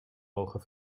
mogen